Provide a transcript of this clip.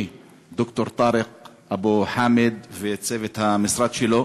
ד"ר טארק אבו חאמד ואת צוות המשרד שלו,